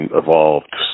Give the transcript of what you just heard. evolved